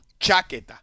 Chaqueta